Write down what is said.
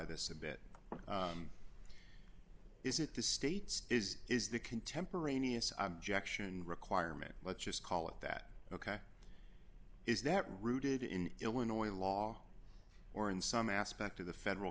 this a bit is it the states is is the contemporaneous object and requirement let's just call it that ok is that rooted in illinois law or in some aspect of the federal